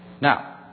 Now